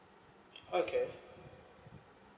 okay